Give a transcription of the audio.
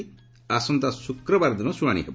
ଆସନ୍ତା ଶ୍ରକ୍ରବାର ଦିନ ଶ୍ରୁଣାଣି ହେବ